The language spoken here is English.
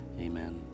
amen